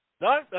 No